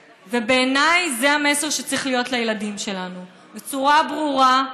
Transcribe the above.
ובעיניי זה המסר שצריך להיות לילדים שלנו בצורה ברורה,